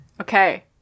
Okay